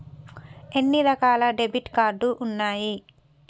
ఎన్ని రకాల debit card ఉన్నాయి?